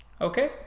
Okay